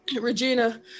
Regina